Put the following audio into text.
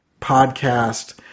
podcast